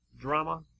drama